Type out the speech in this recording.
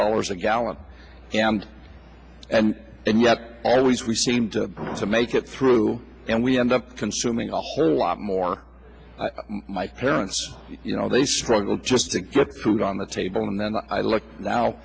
dollars a gallon and and and yet always we seem to make it through and we end up consuming a whole lot more my parents you know they struggle just to get food on the table and then i look now